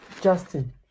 Justin